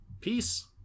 Peace